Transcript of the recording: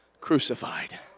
crucified